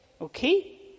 Okay